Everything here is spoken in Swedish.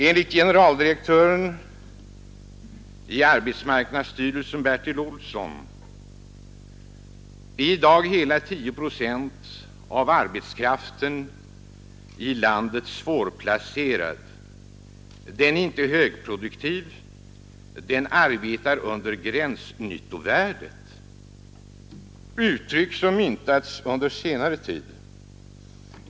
Enligt generaldirektören i arbetsmarknadsstyrelsen, Bertil Olsson, är i dag hela 10 procent av arbetskraften i landet ”svårplacerad”, den är inte ”högproduktiv”, arbetar under ”gränsnyttovärdet”, uttryck som myntats under senare tid.